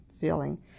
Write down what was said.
feeling